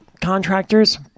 contractors